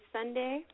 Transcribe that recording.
Sunday